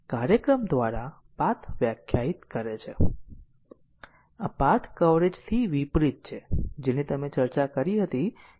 તેથી પ્રોગ્રામ દ્વારા કોઈપણ પાથ જે ઓછામાં ઓછા એક નવા ધારને રજૂ કરે છે જે અન્ય ઈન્ડીપેન્ડન્ટ માર્ગોમાં શામેલ નથી અમે તેને ઈન્ડીપેન્ડન્ટ માર્ગ તરીકે કહીશું